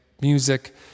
music